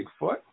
Bigfoot